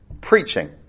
preaching